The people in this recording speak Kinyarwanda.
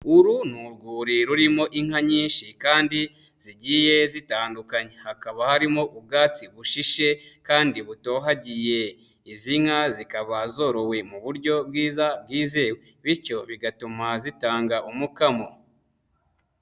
Uru ni urwuri rurimo inka nyinshi kandi zigiye zitandukanye, hakaba harimo ubwatsi bushishe kandi butohagiye, izi nka zikaba zorowe mu buryo bwiza bwizewe, bityo bigatuma zitanga umukamo.